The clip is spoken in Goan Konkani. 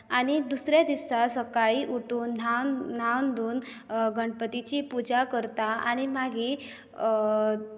आनी दुसरे दिसा सकाळी उठून न्हावन धुवून गणपतिची पुजा करता आनी मागीर